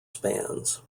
spans